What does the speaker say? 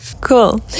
Cool